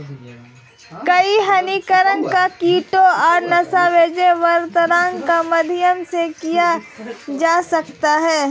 कई हानिकारक कीटों का नाश जैव उर्वरक के माध्यम से किया जा सकता है